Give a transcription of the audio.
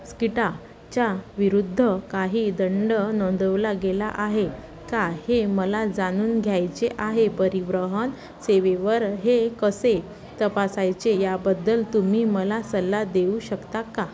स्किटा च्या विरुद्ध काही दंड नोंदवला गेला आहे का हे मला जाणून घ्यायचे आहे परिवहन सेवेवर हे कसे तपासायचे याबद्दल तुम्ही मला सल्ला देऊ शकता का